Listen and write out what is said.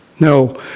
No